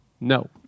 No